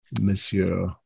Monsieur